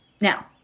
Now